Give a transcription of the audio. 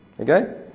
Okay